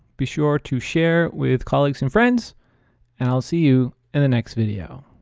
be sure to share with colleagues and friends and i'll see you in the next video.